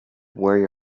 wherever